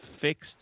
fixed